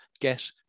get